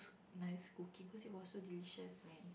nice cooking cause it was so delicious man